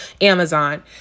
Amazon